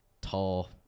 tall